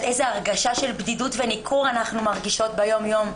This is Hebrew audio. על איזו הרגשה של בדידות וניכור אנחנו מרגישות ביום-יום.